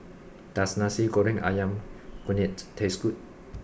does Nasi Goreng Ayam Kunyit taste good